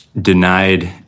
denied